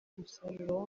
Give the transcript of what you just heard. umusaruro